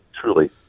truly